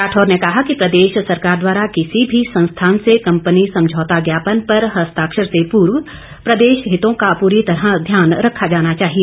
राठौर ने कहा कि प्रदेश सरकार द्वारा किसी भी संस्थान से कंपनी समझौता ज्ञापन पर हस्ताक्षर से पूर्व प्रदेश हितों का पूरी तरह ध्यान रखा जाना चाहिए